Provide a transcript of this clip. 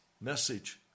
message